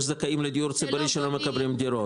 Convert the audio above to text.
זכאים לדיור ציבורי שלא מקבלים דירות.